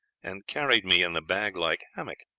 and carried me in the bag-like hammock.